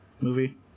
movie